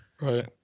Right